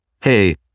hey